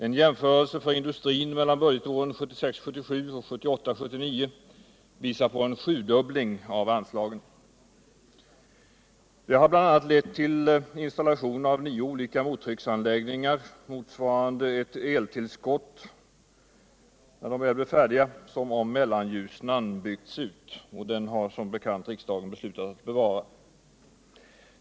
En jämförelse vad gäller industrin mellan budgetåren 1976 79 visar på en sjudubbling av anslagen. Det har bl.a. lett till installation av nio olika mottrycksanläggningar, som när de väl blir färdiga kommer att ge ett eltillskott som motsvarar vad utbyggnad av Mellanljusnan skulle ha gett — och den älvdalen har som bekant riksdagen beslutat att bevara.